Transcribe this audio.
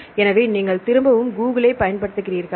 எனவே நீங்கள் திரும்பவும் கூகுளே பயன்படுத்துகிறீர்களா